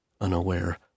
Unaware